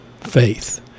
faith